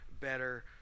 better